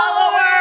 followers